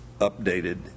updated